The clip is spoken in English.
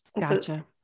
Gotcha